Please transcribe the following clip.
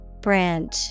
Branch